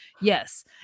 Yes